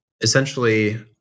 essentially